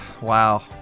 Wow